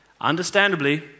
understandably